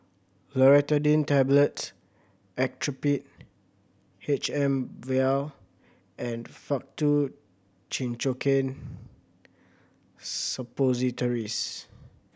Loratadine Tablets Actrapid H M Vial and Faktu Cinchocaine Suppositories